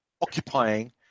occupying